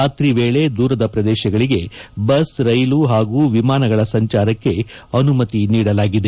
ರಾತ್ರಿ ವೇಳೆ ದೂರದ ಪ್ರದೇಶಗಳಿಗೆ ಬಸ್ ರೈಲು ಹಾಗೂ ವಿಮಾನಗಳ ಸಂಚಾರಕ್ಕೆ ಅನುಮತಿ ನೀಡಲಾಗಿದೆ